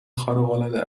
خارقالعاده